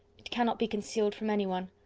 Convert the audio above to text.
it cannot be concealed from anyone.